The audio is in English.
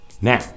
Now